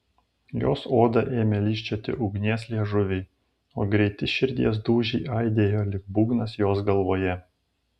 jos odą ėmė lyžčioti ugnies liežuviai o greiti širdies dūžiai aidėjo lyg būgnas jos galvoje